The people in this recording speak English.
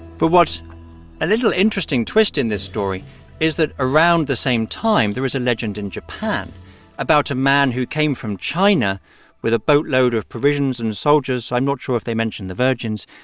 but what's a little interesting twist in this story is that around the same time, there was a legend in japan about a man who came from china with a boatload of provisions and soldiers. i'm not sure if they mentioned the virgins.